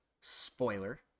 spoiler